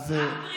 רק בריאות,